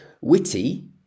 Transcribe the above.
Witty